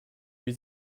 wie